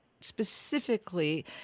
specifically